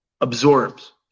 absorbs